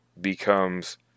becomes